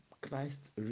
christ